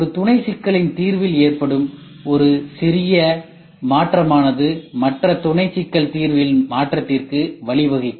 ஒரு துணை சிக்கலின் தீர்வில் ஏற்படும் ஒரு சிறிய மாற்றமானது மற்ற துணை சிக்கல் தீர்வில் மாற்றத்திற்கு வழிவகுக்கும்